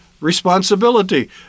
responsibility